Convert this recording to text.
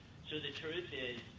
so the truth is,